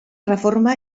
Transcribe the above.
reforma